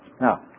Now